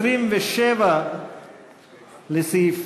הסתייגות מס' 27 לסעיף